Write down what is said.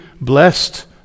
blessed